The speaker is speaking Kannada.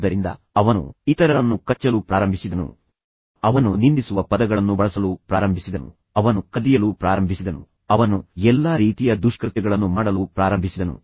ಆದ್ದರಿಂದ ಅವನು ಇತರರನ್ನು ಕಚ್ಚಲು ಪ್ರಾರಂಭಿಸಿದನು ಅವನು ನಿಂದಿಸುವ ಪದಗಳನ್ನು ಬಳಸಲು ಪ್ರಾರಂಭಿಸಿದನು ಅವನು ಕದಿಯಲು ಪ್ರಾರಂಭಿಸಿದನು ಅವನು ಎಲ್ಲಾ ರೀತಿಯ ದುಷ್ಕೃತ್ಯಗಳನ್ನು ಮಾಡಲು ಪ್ರಾರಂಭಿಸಿದನು